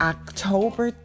October